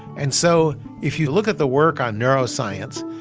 and so if you look at the work on neuroscience,